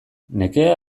nekea